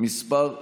אלעזר שטרן,